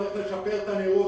צריך לשפר תיירות,